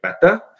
better